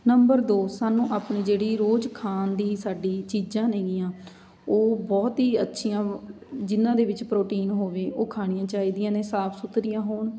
number ਦੋ ਸਾਨੂੰ ਆਪਣੀ ਜਿਹੜੀ ਰੋਜ਼ ਖਾਣ ਦੀ ਸਾਡੀ ਚੀਜ਼ਾਂ ਨੇਗੀਆਂ ਉਹ ਬਹੁਤ ਹੀ ਅੱਛੀਆਂ ਜਿਨ੍ਹਾਂ ਦੇ ਵਿੱਚ ਪ੍ਰੋਟੀਨ ਹੋਵੇ ਉਹ ਖਾਣੀਆਂ ਚਾਹੀਦੀਆਂ ਨੇ ਸਾਫ਼ ਸੁਥਰੀਆਂ ਹੋਣ